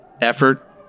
effort